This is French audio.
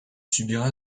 subira